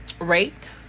raped